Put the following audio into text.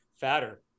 fatter